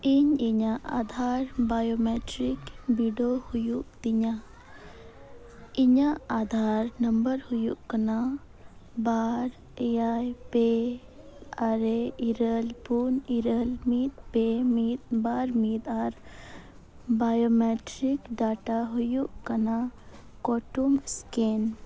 ᱤᱧ ᱤᱧᱟᱹᱜ ᱟᱫᱷᱟᱨ ᱵᱟᱭᱳᱢᱮᱴᱨᱤᱠ ᱵᱤᱰᱟᱹᱣ ᱦᱩᱭᱩᱜ ᱛᱤᱧᱟᱹ ᱤᱧᱟᱹᱜ ᱟᱫᱷᱟᱨ ᱱᱟᱢᱵᱟᱨ ᱦᱩᱭᱩᱜ ᱠᱟᱱᱟ ᱵᱟᱨ ᱮᱭᱟᱭ ᱯᱮ ᱟᱨᱮ ᱤᱨᱟᱹᱞ ᱯᱩᱱ ᱤᱨᱟᱹᱞ ᱢᱤᱫ ᱯᱮ ᱢᱤᱫ ᱵᱟᱨ ᱢᱤᱫ ᱟᱨ ᱵᱟᱭᱳᱢᱮᱴᱨᱤᱠ ᱰᱟᱴᱟ ᱦᱩᱭᱩᱜ ᱠᱟᱱᱟ ᱠᱟᱹᱴᱩᱵ ᱥᱠᱮᱱ